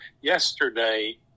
Yesterday